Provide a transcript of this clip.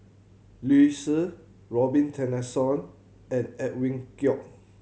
Liu Si Robin Tessensohn and Edwin Koek